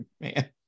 man